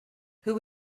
who